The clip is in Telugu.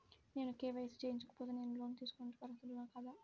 నేను కే.వై.సి చేయించుకోకపోతే నేను లోన్ తీసుకొనుటకు అర్హుడని కాదా?